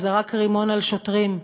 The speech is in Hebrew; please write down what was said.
הוא זרק רימון על שוטרים,